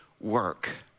work